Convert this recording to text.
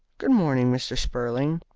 good-morning, mr. spurling.